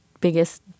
biggest